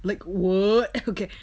like what okay